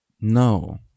No